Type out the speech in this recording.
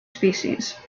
species